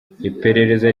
iperereza